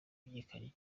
wamenyekanye